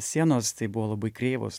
sienos tai buvo labai kreivos